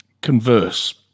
converse